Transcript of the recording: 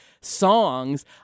songs